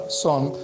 song